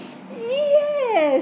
yes